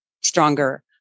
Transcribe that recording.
stronger